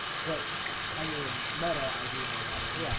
but i mean meta i do know about it. yeah.